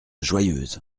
joyeuse